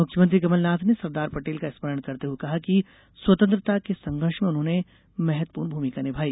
मुख्यमंत्री कमलनाथ ने सरदार पटेल का स्मरण करते हुये कहा कि स्वतंत्रता के संघर्ष में उन्होंने महत्वपूर्ण भूमिका निभाई